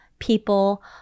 People